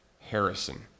Harrison